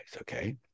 okay